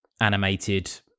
animated